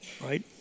right